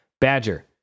Badger